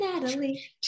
Natalie